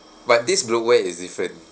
but this bloatware is different